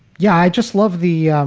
yeah. i just love the.